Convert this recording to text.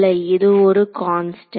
இது ஒரு கான்ஸ்டன்ட்